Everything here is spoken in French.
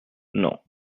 non